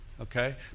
okay